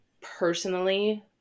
personally